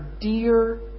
dear